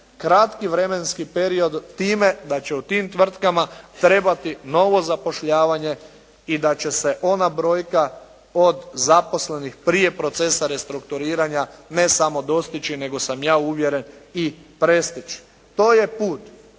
kratki vremenski period time da će u tim tvrtkama trebati novo zapošljavanje i da će se ona brojka od zaposlenih prije procesa restrukturiranja ne samo dostići, nego sam je uvjeren i prestići. To je put